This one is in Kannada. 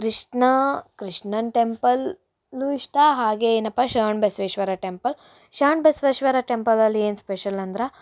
ಕೃಷ್ಣ ಕೃಷ್ಣನ ಟೆಂಪಲು ಇಷ್ಟ ಹಾಗೆ ಏನಪ್ಪ ಶ್ರವಣ ಬಸ್ವೇಶ್ವರ ಟೆಂಪಲ್ ಶ್ರವಣ ಬಸ್ವೇಶ್ವರ ಟೆಂಪಲಲ್ಲಿ ಏನು ಸ್ಪೆಷಲ್ ಅಂದ್ರೆ